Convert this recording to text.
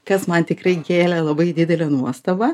kas man tikrai kėlė labai didelę nuostabą